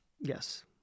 yes